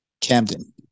Camden